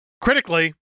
Critically